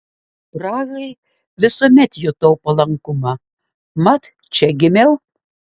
prahai visuomet jutau palankumą mat čia gimiau